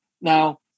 Now